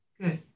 good